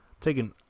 Taking